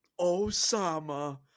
Osama